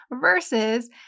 versus